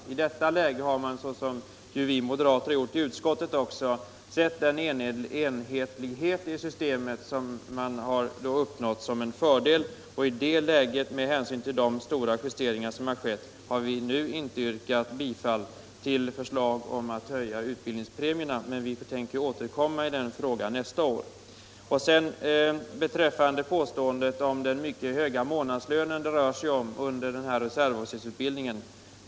Och i det läget har vi moderater i utskottet sett den enhetlighet som uppnåtts Förmåner för i systemet som en fördel. I det läget har vi inte — med hänsyn till de stora justeringar som skett — yrkat bifall till förslaget om att höja utbildningspremierna, men vi tänker återkomma i den frågan nästa år. Här har gjorts påståenden om att det rör sig om en mycket hög månadslön under reservofficersutbildningen.